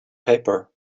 paper